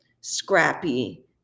Scrappy